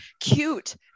cute